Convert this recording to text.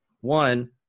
one